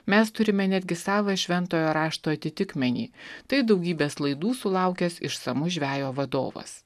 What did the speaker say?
mes turime netgi savą šventojo rašto atitikmenį tai daugybės laidų sulaukęs išsamus žvejo vadovas